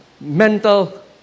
mental